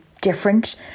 different